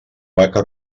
vaca